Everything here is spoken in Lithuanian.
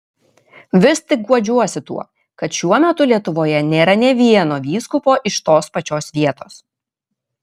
vis tik guodžiuosi tuo kad šiuo metu lietuvoje nėra nė vieno vyskupo iš tos pačios vietos